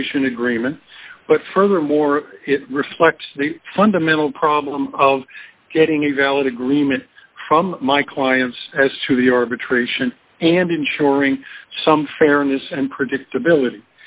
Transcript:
tration agreement but furthermore it reflects the fundamental problem of getting a valid agreement from my clients as to the arbitration and ensuring some fairness and predictability